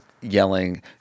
yelling